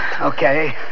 Okay